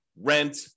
rent